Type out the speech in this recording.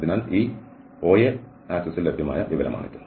അതിനാൽ ഈ OA അക്ഷത്തിൽ ലഭ്യമായ വിവരമാണിത്